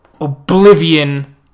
Oblivion